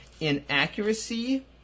inaccuracy